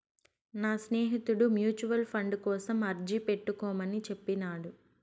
నా స్నేహితుడు mutual fund కోసం అర్జీ పెట్టుకోమని చెప్పినాడు